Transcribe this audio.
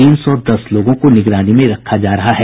तीन सौ दस लोगों को निगरानी में रखा जा रहा है